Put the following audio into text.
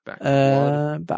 Back